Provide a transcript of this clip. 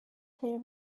here